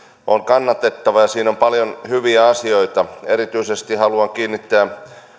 on kannatettava ja siinä on paljon hyviä asioita erityisesti haluan kiinnittää